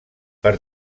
per